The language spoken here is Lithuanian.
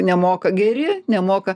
nemoka geri nemoka